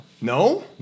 No